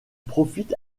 profite